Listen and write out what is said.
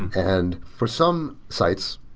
and and for some sites,